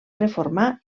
reformar